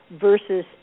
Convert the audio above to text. versus